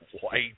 White